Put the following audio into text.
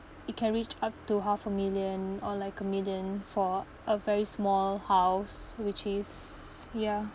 it can reach up to half a million or like a million for a very small house which is ya